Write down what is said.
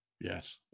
Yes